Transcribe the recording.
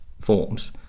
forms